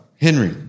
Henry